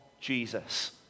jesus